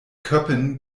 köppen